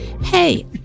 Hey